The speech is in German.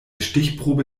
stichprobe